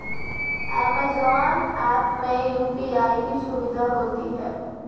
Amazon app में UPI की सुविधा होती है